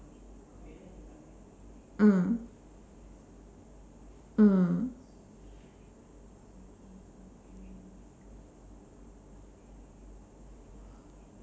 mm mm